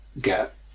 get